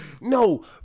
no